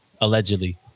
Allegedly